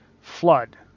flood